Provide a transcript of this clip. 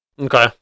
Okay